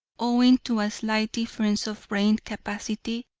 owing to a slight difference of brain capacity,